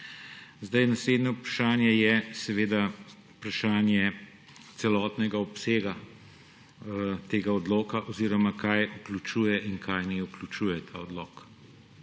Naslednje vprašanje je vprašanje celotnega obsega tega odloka oziroma kaj vključuje in česa ne vključuje ta odlok.